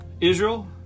Israel